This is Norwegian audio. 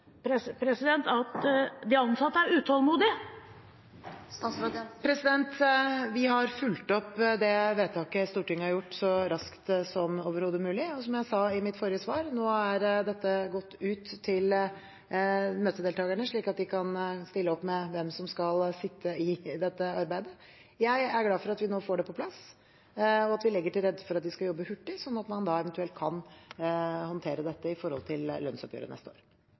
at de ansatte er utålmodige? Vi har fulgt opp det vedtaket Stortinget har gjort, så raskt som overhodet mulig, og som jeg sa i mitt forrige svar: Nå er dette gått ut til møtedeltakerne, slik at de kan sette opp hvem som skal sitte i dette utvalget. Jeg er glad for at vi nå får det på plass, og at vi legger til rette for at de skal jobbe hurtig, sånn at man eventuelt kan håndtere det i forbindelse med lønnsoppgjøret neste år.